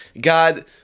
God